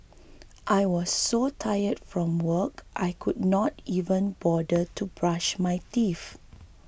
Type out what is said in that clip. I was so tired from work I could not even bother to brush my teeth